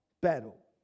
battle